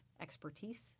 expertise